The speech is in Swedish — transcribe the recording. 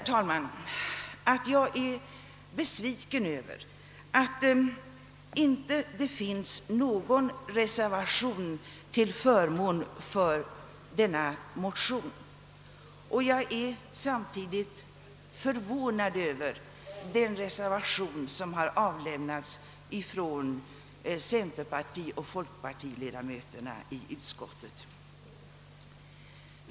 Låt mig säga att jag är besviken över att det inte finns någon reservation till förmån för denna motion, och samtidigt är jag förvånad över den reservation som avlämnats av centerpartioch folkpartiledamöterna i utskottet.